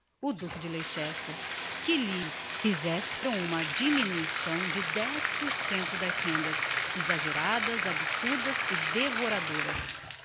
o duque de leicester que lhes fizesse uma diminuição de dez por cento nas rendas exageradas absurdas e devoradoras